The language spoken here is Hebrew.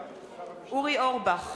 אורי אורבך,